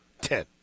Ten